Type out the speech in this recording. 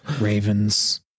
ravens